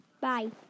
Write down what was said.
Bye